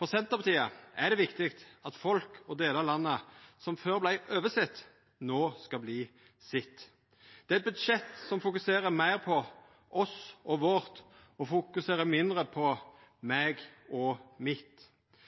For Senterpartiet er det viktig at folk og delar av landet som før vart oversett, no skal verta sett. Det er eit budsjett som fokuserer meir på «oss» og «vårt» og mindre på «meg» og